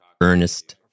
earnest